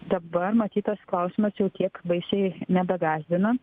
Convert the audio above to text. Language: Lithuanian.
dabar matyt tas klausimas jau tiek baisiai nebegąsdina